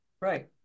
Right